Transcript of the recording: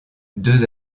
deux